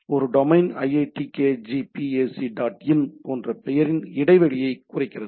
எனவே ஒரு domain iitkgp ac dot in போன்ற பெயரின் இடைவெளியைக் குறிக்கிறது